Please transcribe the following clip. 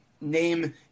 name